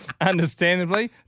understandably